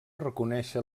reconèixer